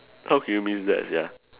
how can you miss that sia